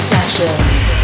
Sessions